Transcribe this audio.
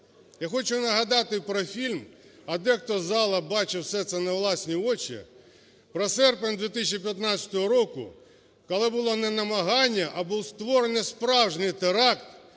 Я хочу нагадати про фільм, а дехто з залу бачив все це на власні очі, про серпень 2015 року, коли було не намагання, а був створений справжній теракт,